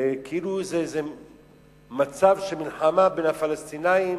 כאילו זה מצב של מלחמה בין הפלסטינים